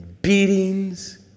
beatings